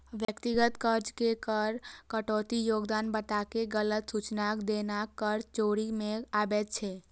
व्यक्तिगत खर्च के कर कटौती योग्य बताके गलत सूचनाय देनाय कर चोरी मे आबै छै